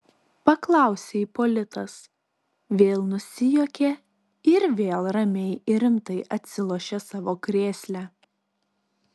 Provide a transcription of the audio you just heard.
paklausė ipolitas vėl nusijuokė ir vėl ramiai ir rimtai atsilošė savo krėsle